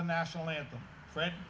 the national anthem fred